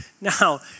Now